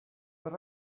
but